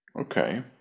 Okay